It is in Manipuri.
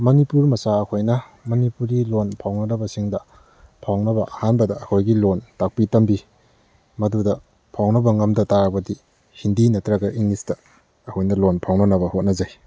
ꯃꯅꯤꯄꯨꯔ ꯃꯆꯥ ꯑꯩꯈꯣꯏꯅ ꯃꯅꯤꯄꯨꯔꯤ ꯂꯣꯟ ꯐꯥꯎꯅꯗꯕꯁꯤꯡꯗ ꯐꯥꯎꯅꯕ ꯑꯍꯥꯟꯕꯗ ꯑꯩꯈꯣꯏꯒꯤ ꯂꯣꯟ ꯇꯥꯛꯄꯤ ꯇꯝꯕꯤ ꯃꯗꯨꯗ ꯐꯥꯎꯅꯕ ꯉꯝꯗ ꯇꯥꯔꯕꯗꯤ ꯍꯤꯟꯗꯤ ꯅꯠꯇ꯭ꯔꯒ ꯏꯪꯂꯤꯁꯇ ꯑꯩꯈꯣꯏꯅ ꯂꯣꯟ ꯐꯥꯎꯅꯅꯕ ꯍꯣꯠꯅꯖꯩ